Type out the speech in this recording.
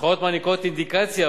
המחאות מעניקות אינדיקציה,